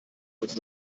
uns